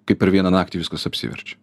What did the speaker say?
kaip per vieną naktį viskas apsiverčia